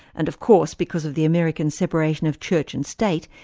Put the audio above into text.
and of course because of the american separation of church and state,